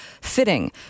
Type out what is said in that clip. fitting